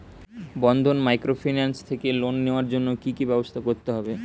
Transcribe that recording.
বন্ধন microfinance থেকে loan নেওয়ার জন্য কি কি ব্যবস্থা করতে হবে?